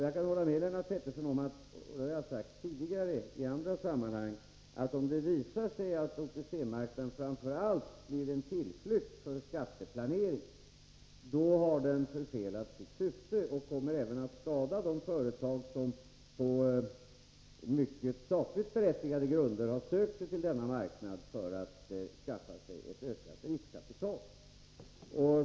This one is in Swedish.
Jag kan hålla med Lennart Pettersson om att — det har jag sagt tidigare i andra sammanhang — om det visar sig att OTC-marknaden framför allt blir en tillflykt för skatteplanering, då har den förfelat sitt syfte och kommer även att skada de företag som på mycket sakligt berättigade grunder har sökt sig till denna marknad för att skaffa sig ett ökat riskkapital.